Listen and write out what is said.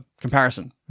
comparison